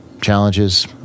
challenges